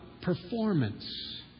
performance